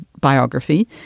biography